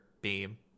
beam